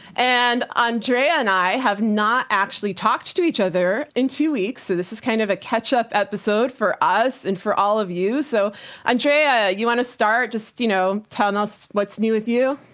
and andrea and i have not actually talked to each other in two weeks. so this is kind of a catch up episode for us, and for all of you. so andrea, you wanna start just you know telling us what's new with you?